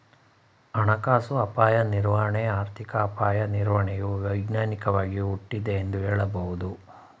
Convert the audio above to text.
ಹಣಕಾಸು ಅಪಾಯ ನಿರ್ವಹಣೆ ಆರ್ಥಿಕ ಅಪಾಯ ನಿರ್ವಹಣೆಯು ವಿಜ್ಞಾನವಾಗಿ ಹುಟ್ಟಿದೆ ಎಂದು ಹೇಳಬಹುದು